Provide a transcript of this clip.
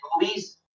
movies